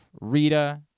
Rita